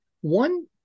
One